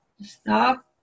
Stop